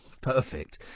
perfect